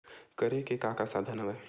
करे के का का साधन हवय?